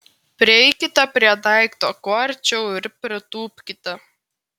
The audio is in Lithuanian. prieikite prie daikto kuo arčiau ir pritūpkite